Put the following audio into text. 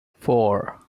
four